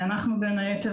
בין היתר,